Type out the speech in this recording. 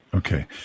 Okay